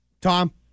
Tom